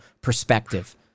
perspective